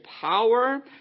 power